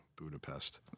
Budapest